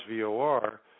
VOR